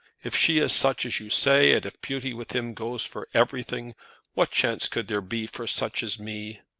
if she is such as you say, and if beauty with him goes for everything what chance could there be for such as me?